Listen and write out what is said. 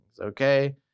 okay